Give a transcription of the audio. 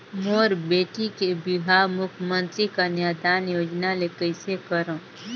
मोर बेटी के बिहाव मुख्यमंतरी कन्यादान योजना ले कइसे करव?